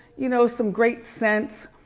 you know some great scents.